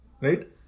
right